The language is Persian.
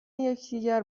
یکدیگر